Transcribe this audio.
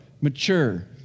mature